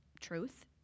truth